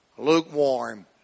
Lukewarm